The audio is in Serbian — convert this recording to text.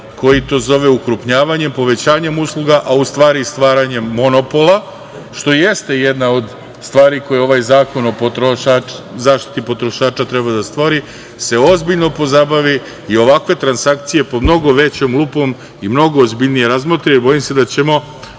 koji to zove ukrupnjavanje povećanjem usluga, a u stvari stvaranjem monopola, što jeste jedna od stvari koju ovaj Zakon o zaštiti potrošača treba da stvori, se ozbiljno pozabavi i ovakve transakcije pod mnogo većom lupom i mnogo ozbiljnije razmotre, jer bojim se da ćemo